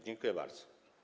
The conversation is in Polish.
Dziękuję bardzo.